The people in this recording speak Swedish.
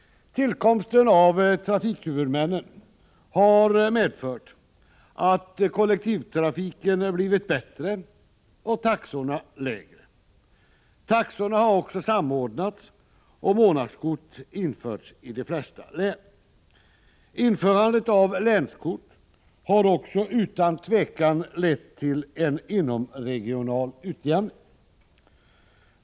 Tillkomsten av trafikhuvudmännen har medfört att kollektivtrafiken blivit bättre och taxorna lägre. Taxorna har också samordnats och månadskort införts i de flesta län. Införandet av länskort har utan tvivel också lett till en inomregional utjämning.